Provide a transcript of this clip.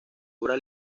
obra